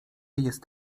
jest